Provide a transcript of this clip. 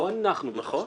לא אנחנו ביקשנו